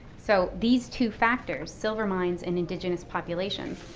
so these two factors, silver mines and indigenous population,